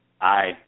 Aye